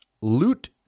Loot